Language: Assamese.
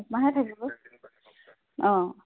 এক মাহে থাকিব অঁ